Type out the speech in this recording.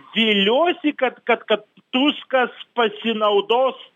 viliuosi kad kad kad tuskas pasinaudos